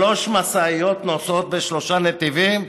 שלוש משאיות נוסעות בשלושה נתיבים,